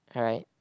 alright